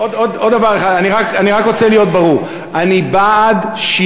עוד דבר אחד, אני רק רוצה להיות ברור.